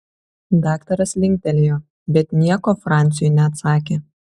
daktaras linktelėjo bet nieko franciui neatsakė